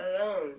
alone